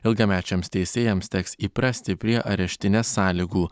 ilgamečiams teisėjams teks įprasti prie areštinės sąlygų